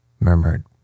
murmured